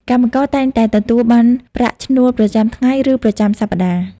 កម្មករតែងតែទទួលបានប្រាក់ឈ្នួលប្រចាំថ្ងៃឬប្រចាំសប្តាហ៍។